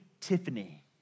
Tiffany